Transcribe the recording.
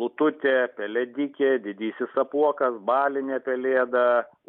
lututė pelėdikė didysis apuokas balinė pelėda